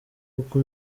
uko